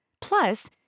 Plus